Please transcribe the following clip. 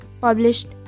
published